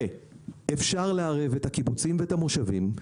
אפשר לערב את הקיבוצים ואת המושבים,